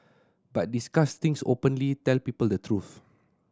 but discuss things openly tell people the truth